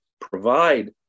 provide